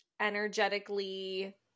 energetically